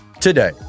today